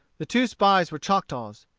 the two spies were choctaws.